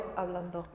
hablando